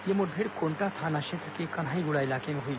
यह मुठभेड़ कोंटा थाना क्षेत्र के कन्हाईगुड़ा इलाके में हुई